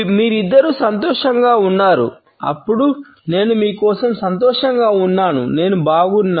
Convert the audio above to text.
మీరిద్దరూ సంతోషంగా ఉన్నారు అప్పుడు నేను మీ కోసం సంతోషంగా ఉన్నాను నేను బాగున్నాను